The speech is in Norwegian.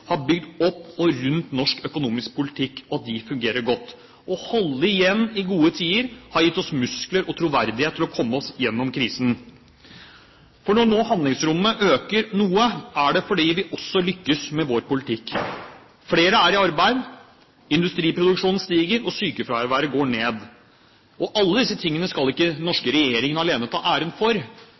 fungerer godt. Å holde igjen i gode tider har gitt oss muskler og troverdighet til å komme oss igjennom krisen. Når handlingsrommet nå øker noe, er det fordi vi også lykkes med vår politikk. Flere er i arbeid, industriproduksjonen stiger, og sykefraværet går ned. Alle disse tingene skal ikke den norske regjeringen alene ta æren for,